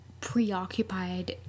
preoccupied